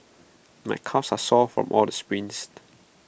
my calves are sore from all the sprints